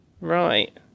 right